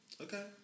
Okay